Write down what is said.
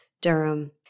Durham